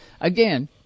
again